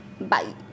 Bye